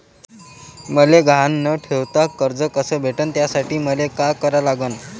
मले गहान न ठेवता कर्ज कस भेटन त्यासाठी मले का करा लागन?